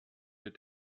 mit